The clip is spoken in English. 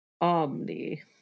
Omni